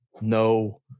no